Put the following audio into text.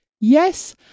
Yes